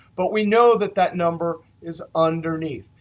but we know that that number is underneath,